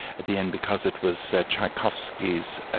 at the end, because it was so tchaikovsky's ah